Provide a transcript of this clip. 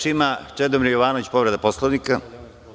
Reč ima Čedomir Jovanović, povreda Poslovnika.